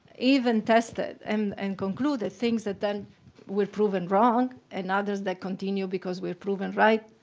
even tested um and concluded things that then were proven wrong. and others that continue because we're proven right